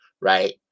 right